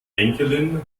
enkelin